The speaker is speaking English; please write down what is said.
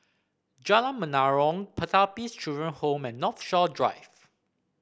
Jalan Menarong Pertapis Children Home and Northshore Drive